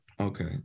Okay